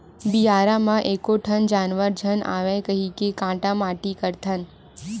बियारा म एको ठन जानवर झन आवय कहिके काटा माटी करथन